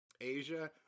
Asia